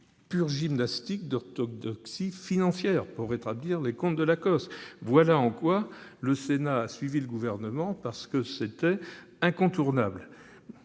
pure gymnastique d'orthodoxie financière, afin de rétablir les comptes de l'Acoss. Voilà pourquoi le Sénat a suivi le Gouvernement ; c'était incontournable.